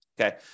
okay